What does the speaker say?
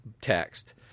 text